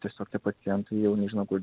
tiesiog tie pacientai jau nežino kur